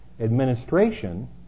administration